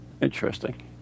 Interesting